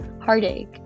heartache